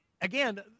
again